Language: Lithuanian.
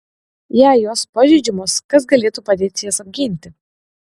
jei jos pažeidžiamos kas galėtų padėti jas apginti